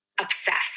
obsessed